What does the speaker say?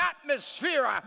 atmosphere